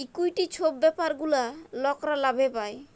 equity ছব ব্যাপার গুলা লকরা লাভে পায়